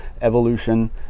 evolution